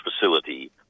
facility